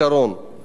עוד בהקשר זה,